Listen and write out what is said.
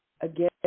again